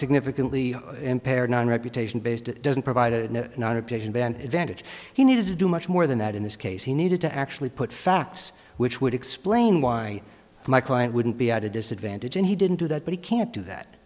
significantly impaired reputation based it doesn't provide a non objection ban advantage he needed to do much more than that in this case he needed to actually put facts which would explain why my client wouldn't be at a disadvantage and he didn't do that but he can't do that